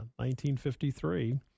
1953